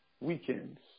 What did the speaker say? weekends